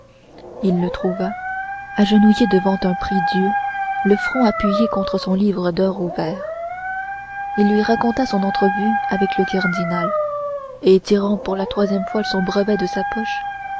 il le trouva agenouillé devant un prie-dieu le front appuyé contre son livre d'heures ouvert il lui raconta son entrevue avec le cardinal et tirant pour la troisième fois son brevet de sa poche